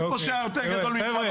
אין פושע יותר גדול ממך.